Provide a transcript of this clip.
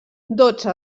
dotze